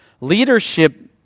Leadership